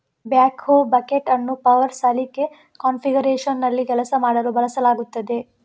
backhoe bucket ಅನ್ನು power ಸಲಿಕೆ ಕಾನ್ಫಿಗರೇಶನ್ನಲ್ಲಿ ಕೆಲಸ ಮಾಡಲು ಬಳಸಲಾಗುತ್ತದೆ